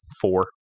four